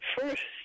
first